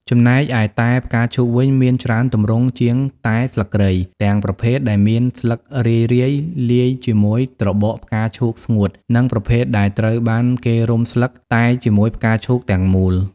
ចំណែកឯតែផ្កាឈូកវិញមានច្រើនទម្រង់ជាងតែស្លឹកគ្រៃ ទាំងប្រភេទដែលមានស្លឹករាយៗលាយជាមួយត្របកផ្កាឈូកស្ងួត និងប្រភេទដែលត្រូវបានគេរុំស្លឹកតែជាមួយផ្កាឈូកទាំងមូល។